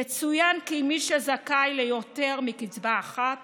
יצוין כי מי שזכאי ליותר מקצבה אחת